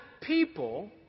people